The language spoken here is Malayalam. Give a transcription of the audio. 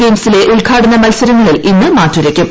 ഗെയിംസിലെ ഉദ്ഘാടന മൽസരങ്ങളിൽ ഇന്ന് മാറ്റുരയ്ക്കും